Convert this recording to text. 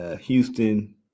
Houston